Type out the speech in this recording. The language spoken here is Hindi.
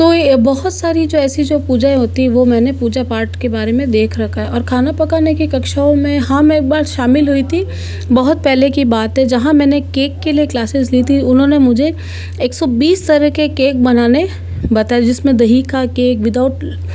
तो ये बहुत सारी जैसी जो पूजा होती है वह मैंने पूजा पाठ के बारे में देख रखा है और खाना पकाने की कक्षाओं में हम एक बार शामिल हुई थी बहुत पहले की बात है जहाँ मैंने केक के लिए क्लासेस ली थी उन्होंने मुझे एक सौ बीस तरह के केक बनाने बताएं जिसमें दही का केक विदाउट